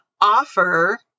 offer